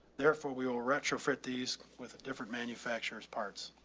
therefore, we will retrofit these with different manufacturers parts.